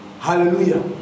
Hallelujah